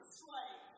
slave